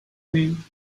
name